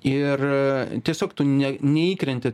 ir tiesiog tu ne neįkrenti